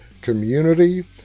community